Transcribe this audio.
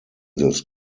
this